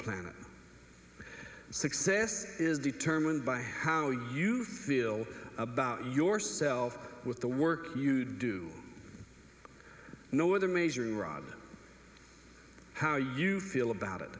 planet success is determined by how you feel about yourself with the work you do no other major rob how you feel about it